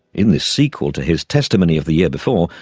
in this sequel to his testimony of the year before,